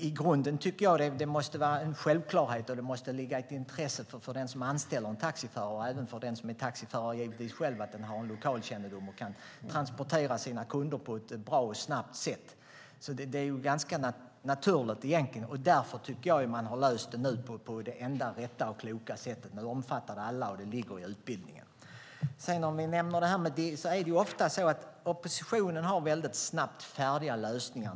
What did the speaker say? I grunden tycker jag att det måste vara en självklarhet och att det måste ligga ett intresse i detta för den som anställer en taxiförare och givetvis även för den som är taxiförare själv: Man ska ha lokalkännedom, och man ska kunna transportera sina kunder på ett bra och snabbt sätt. Det är egentligen ganska naturligt, och därför tycker jag nu att man har löst det på det enda rätta och kloka sättet. Nu omfattar det alla, och det ligger i utbildningen. Oppositionen har ofta snabbt färdiga lösningar.